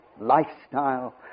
lifestyle